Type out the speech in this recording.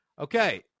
Okay